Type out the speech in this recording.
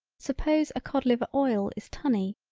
suppose a cod liver oil is tunny,